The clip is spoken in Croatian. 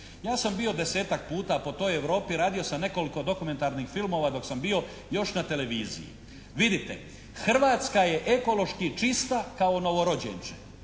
Ja sam bio desetak puta po toj Europi, radio sam nekoliko dokumentarnih filmova dok sam bio još na televiziji. Vidite, Hrvatska je ekološki čista kao novorođenče